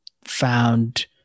found